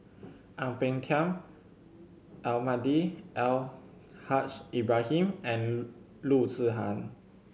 Ang Peng Tiam Almahdi Al Haj Ibrahim and Loo Zihan